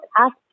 Ask